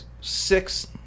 six